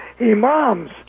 imams